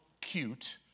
cute